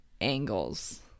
angles